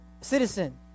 citizen